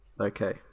Okay